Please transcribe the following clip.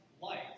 light